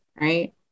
right